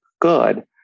good